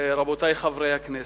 רבותי חברי הכנסת,